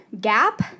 gap